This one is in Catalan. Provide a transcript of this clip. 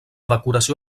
decoració